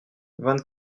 vingt